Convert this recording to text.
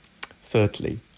Thirdly